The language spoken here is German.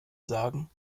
sagen